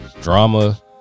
drama